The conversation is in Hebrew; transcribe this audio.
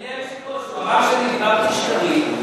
אדוני היושב-ראש, הוא אמר שאני דיברתי שקרים.